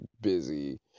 busy